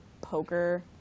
poker